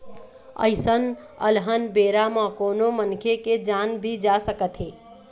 अइसन अलहन बेरा म कोनो मनखे के जान भी जा सकत हे